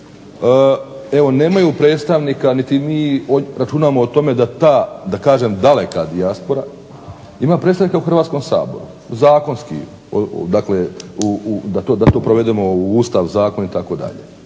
eto nemaju predstavnika, mi računamo da ta da kažem daleka dijaspora, ima predstavnika u Hrvatskoj saboru, zakonski, da to provedemo u Ustav, Zakon itd.